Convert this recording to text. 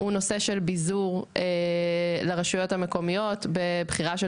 הוא נושא של ביזור לרשויות המקומיות בבחירה של